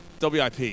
WIP